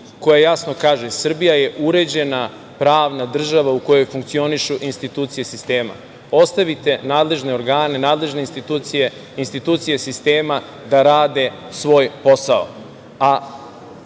koja jasno kaže Srbija je uređena pravna država u kojoj funkcionišu institucije sistema. Ostavite nadležne organe, nadležne institucije, institucije sistema da rade svoj posao,